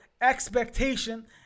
expectation